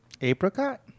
Apricot